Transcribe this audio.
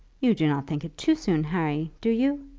you do not think it too soon, harry do you?